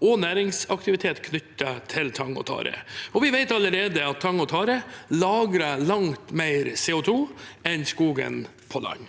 og næringsaktivitet knyttet til tang og tare, og vi vet allerede at tang og tare lagrer langt mer CO2 enn skogen på land.